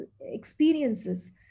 experiences